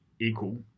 equal